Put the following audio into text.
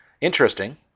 Interesting